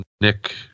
Nick